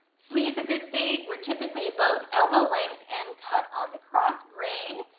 sleeves at this date were typically both elbow length and cut on the cross grain,